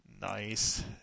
Nice